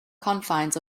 confines